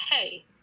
hey